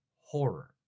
horror